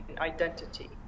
identity